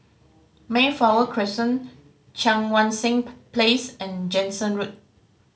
Mayflower Crescent Cheang Wan Seng Place and Jansen Road